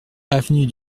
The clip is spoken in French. avenue